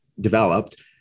developed